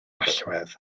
allwedd